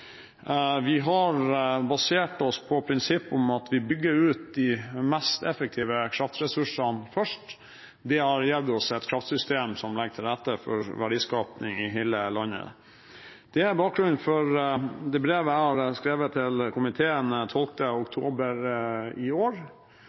Vi har basert oss på prinsippet om at vi bygger ut de mest effektive kraftressursene først. Det har gitt oss et kraftsystem som legger til rette for verdiskaping i hele landet. Det er bakgrunnen for det brevet jeg skrev til komiteen 12. oktober i år.